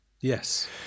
Yes